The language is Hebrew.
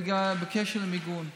בקשר למיגון,